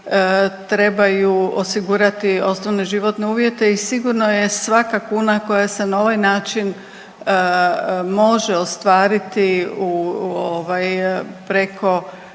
trebaju osigurati osnovne životne uvjete i sigurno je svaka kuna koja se na ovaj način može ostvariti u